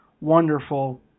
wonderful